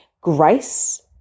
grace